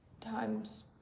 times